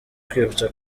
kwibutsa